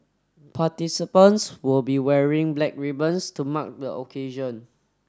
participants will be wearing black ribbons to mark the occasion